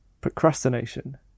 procrastination